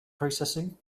processing